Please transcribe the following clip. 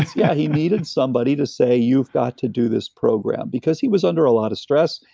yeah, he needed somebody to say, you've got to do this program. because he was under a lot of stress,